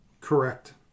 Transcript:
Correct